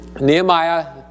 Nehemiah